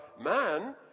man